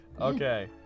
Okay